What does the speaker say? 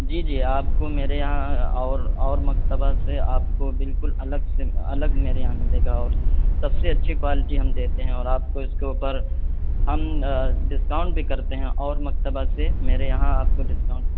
جی جی آپ کو میرے یہاں اور اور مکتبہ سے آپ کو بالکل الگ سے الگ میرے یہاں ملے گا اور سب سے اچھی کوالٹی ہم دیتے ہیں اور آپ کو اس کے اوپر ہم ڈسکاؤنٹ بھی کرتے ہیں اور مکتبہ سے میرے یہاں آپ کو ڈسکاؤنٹ